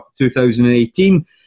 2018